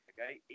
Okay